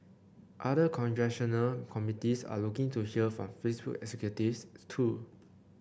other congressional committees are looking to hear from Facebook executives too